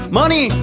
money